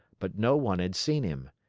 but no one had seen him.